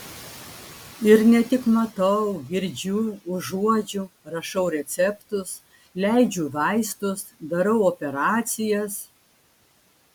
ir ne tik matau girdžiu užuodžiu rašau receptus leidžiu vaistus darau operacijas